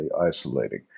isolating